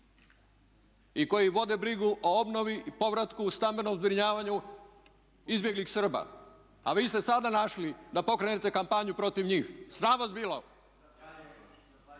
i koji vode brigu o obnovi i povratku stambenom zbrinjavanju izbjeglih Srba. A vi ste sada našli da pokrenete kampanju protiv njih, sram vas bilo.